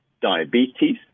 diabetes